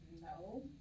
No